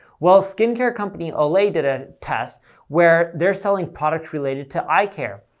well, skincare company olay did a test where they're selling products related to eye care.